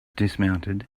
dismounted